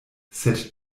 sed